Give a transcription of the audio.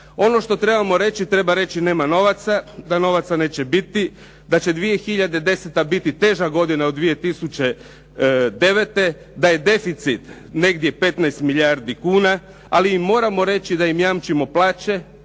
Ono što trebamo reći treba reći nema novaca, da novaca neće biti, da će 2010. biti teža godina od 2009., da je deficit negdje 15 milijardi kuna, ali im moramo reći da im jamčimo plaće,